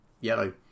Yellow